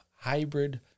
hybrid